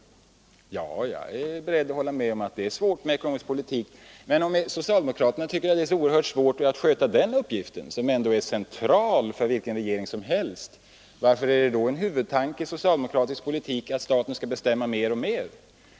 Ja, jag är beredd att hålla med honom, men om socialdemokraterna tycker att det är så svårt att sköta den uppgiften, som ändå är central för vilken regering som helst, varför är då en huvudtanke i socialdemokratisk politik att staten skall bestämma mer och mer?